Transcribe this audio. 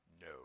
No